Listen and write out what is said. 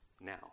now